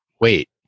wait